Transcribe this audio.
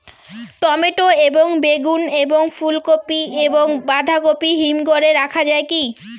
Tomato এবং বেগুন এবং ফুলকপি এবং বাঁধাকপি হিমঘরে রাখা যায় কি?